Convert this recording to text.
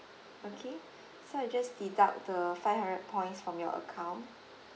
okay so I just deduct the five hundred points from your account